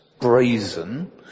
brazen